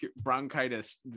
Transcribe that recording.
bronchitis